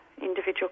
individual